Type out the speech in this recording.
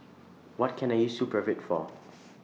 What Can I use Supravit For